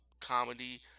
comedy